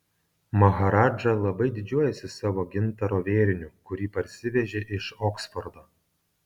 maharadža labai didžiuojasi savo gintaro vėriniu kurį parsivežė iš oksfordo